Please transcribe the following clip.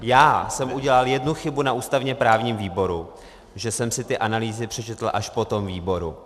Já jsem udělal jednu chybu na ústavněprávním výboru, že jsem si ty analýzy přečetl až po tom výboru.